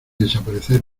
desaparecer